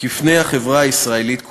כפני החברה הישראלית כולה.